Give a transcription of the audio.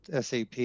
SAP